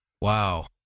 Wow